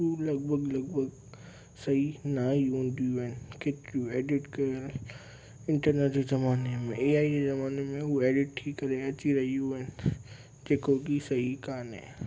ऊ लॻभॻि लॻभॻि सही न ई हूंदियूं आहिनि केतिरियूं एडिट कयलु इंटरनेट जे ज़माने में ऐ आई जे ज़माने में हू एडिट थी करे अची रहियूं आहिनि जेको की सही कान्हे